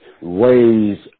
ways